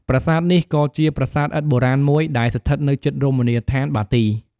ប្រាសាទនេះ ក៏ជាប្រាសាទឥដ្ឋបុរាណមួយ ដែលស្ថិតនៅជិតរមណីយដ្ឋានបាទី។